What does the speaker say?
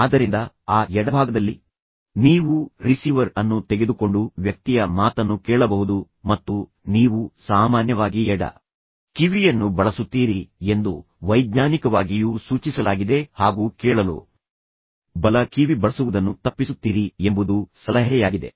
ಆದ್ದರಿಂದ ಆ ಎಡಭಾಗದಲ್ಲಿ ನೀವು ರಿಸೀವರ್ ಅನ್ನು ತೆಗೆದುಕೊಂಡು ವ್ಯಕ್ತಿಯ ಮಾತನ್ನು ಕೇಳಬಹುದು ಮತ್ತು ನೀವು ಸಾಮಾನ್ಯವಾಗಿ ಎಡ ಕಿವಿಯನ್ನು ಬಳಸುತ್ತೀರಿ ಎಂದು ವೈಜ್ಞಾನಿಕವಾಗಿಯೂ ಸೂಚಿಸಲಾಗಿದೆ ಹಾಗು ಕೇಳಲು ಬಲ ಕಿವಿ ಬಳಸುವುದನ್ನು ತಪ್ಪಿಸುತ್ತೀರಿ ಎಂಬುದು ಸಲಹೆಯಾಗಿದೆ